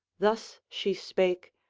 thus she spake,